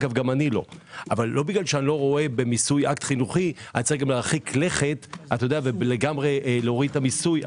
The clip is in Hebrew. אבל לא בגלל זה יש להרחיק לכת ולגמרי להוריד את המיסוי.